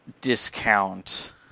discount